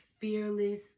fearless